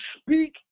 speak